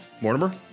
Mortimer